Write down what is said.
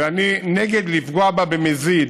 ואני נגד לפגוע בה במזיד,